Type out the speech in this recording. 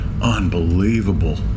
Unbelievable